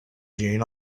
jane